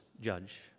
judge